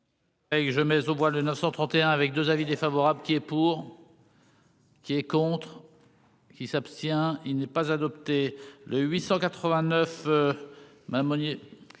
je mets au bois de 931 avec 2 avis défavorables. Qui est pour, qui est contre. Qui s'abstient, il n'est pas adopté le 889 ma Monnier.